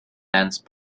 dance